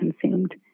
consumed